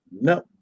no